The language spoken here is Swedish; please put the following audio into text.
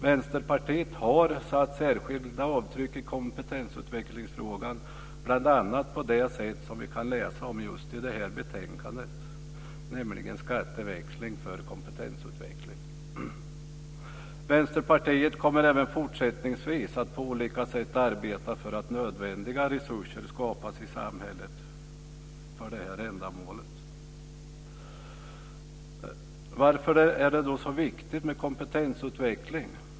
Vänsterpartiet har satt särskilda avtryck i kompetensutvecklingsfrågan bl.a. på det sätt som vi kan läsa om just i det här betänkandet, nämligen skatteväxling för kompetensutveckling. Vänsterpartiet kommer även fortsättningsvis att på olika sätt arbeta för att nödvändiga resurser skapas i samhället för detta ändamål. Varför är det då så viktigt med kompetensutveckling?